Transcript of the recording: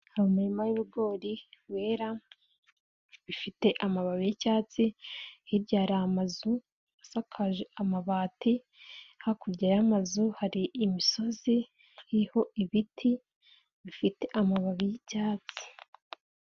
Hari umurima w'ibigori wera, bifite amababi y'icyatsi, hirya hari amazu asakaje amabati, hakurya y'amazu hari imisozi iriho ibiti bifite amababi y'icyatsi.